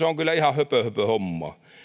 on kyllä ihan höpöhöpöhommaa